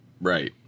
Right